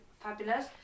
fabulous